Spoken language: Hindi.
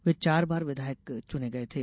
वे चार बार विधायक चुने गये थे